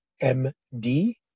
M-D